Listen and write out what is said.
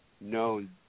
known